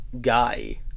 guy